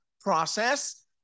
process